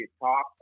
talk